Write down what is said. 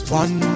one